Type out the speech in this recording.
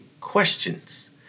questions